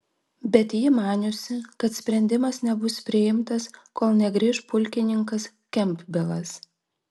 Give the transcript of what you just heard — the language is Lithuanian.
bet ji maniusi kad sprendimas nebus priimtas kol negrįš pulkininkas kempbelas